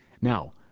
Now